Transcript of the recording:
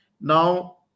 now